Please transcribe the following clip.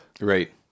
Right